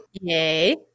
Yay